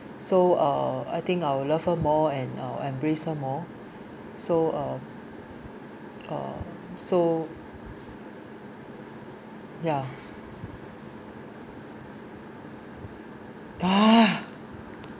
so uh I think I‘ll love her more and I’ll embraced her more so um uh so yeah